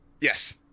Yes